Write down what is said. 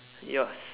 yours